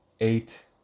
Eight